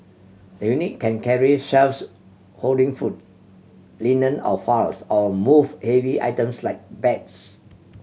the unit can carry shelves holding food linen or files or move heavy items like beds